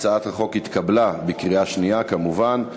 הצעת החוק התקבלה בקריאה שנייה כמובן,